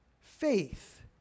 Faith